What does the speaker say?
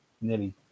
nearly